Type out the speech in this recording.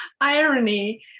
irony